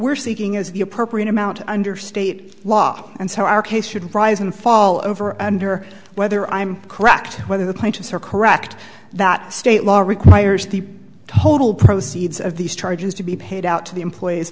we're seeking is the appropriate amount under state law and so our case should rise and fall over under whether i'm correct whether the plaintiffs are correct that state law requires the total proceeds of these charges to be paid out to the employees